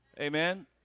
Amen